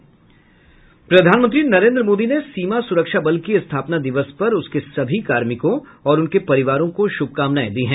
प्रधानमंत्री नरेंद्र मोदी ने सीमा सुरक्षा बल के स्थापना दिवस पर उसके सभी कार्मिकों और उनके परिवारों को शुभकामनाएं दीं